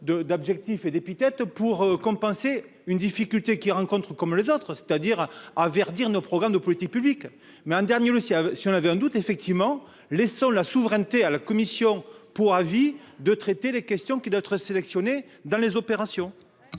d'objectifs et d'épithètes pour compenser une difficulté qu'ils rencontrent, comme les autres, c'est-à-dire à verdir nos programmes de politique publique mais en dernier le aussi ah si on avait un doute, effectivement, laissant la souveraineté à la commission pour avis de traiter les questions qui doit être sélectionné dans les opérations.